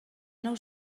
nou